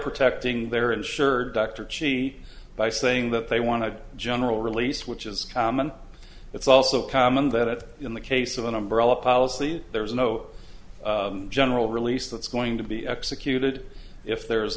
protecting their insured dr chee by saying that they want to general release which is common it's also common that in the case of an umbrella policy there is no general release that's going to be executed if there's